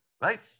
right